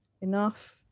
Enough